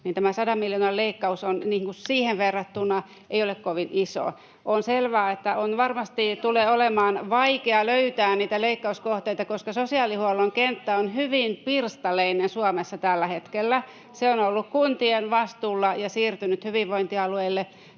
että tämä sadan miljoonan leikkaus ei ole siihen verrattuna kovin iso. On selvää, että varmasti tulee olemaan vaikeaa löytää niitä leikkauskohteita, koska sosiaalihuollon kenttä on hyvin pirstaleinen Suomessa tällä hetkellä. Se on ollut kuntien vastuulla ja siirtynyt hyvinvointialueille,